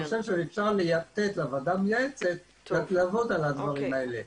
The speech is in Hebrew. אני חושב שאפשר לתת לוועדה המייעצת לעבוד על הדברים האלה,